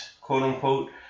quote-unquote